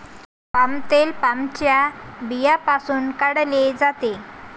palm तेल पामच्या बियांपासून काढले जाते